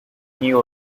new